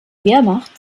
wehrmacht